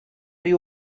you